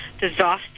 disaster